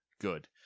good